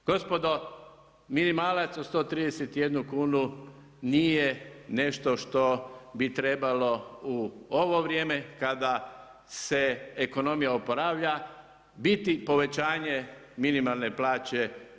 Gospodo, minimalac od 131 kunu nije nešto što bi trebalo u ovo vrijeme kada se ekonomija oporavlja biti povećanje minimalne plaće.